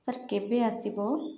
sir କେବେ ଆସିବ